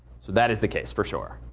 so that is the case, for sure.